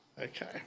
Okay